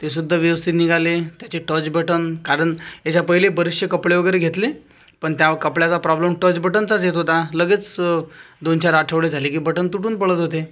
ते सुद्धा व्यवस्थित निघाले त्याची टच बटण कारण याचा पहिले बरेचसे कपडे वगैरे घेतले पण त्या कपड्यांचा प्रॉब्लेम टच बटणचाच येत होता लगेच दोन चार आठ्वडे झाले की बटण तुटून पडत होते